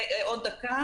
עוד דקה.